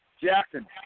Jackson